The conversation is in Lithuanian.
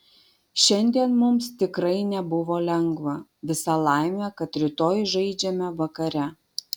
šiandien mums tikrai nebuvo lengva visa laimė kad rytoj žaidžiame vakare